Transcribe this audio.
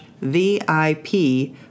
VIP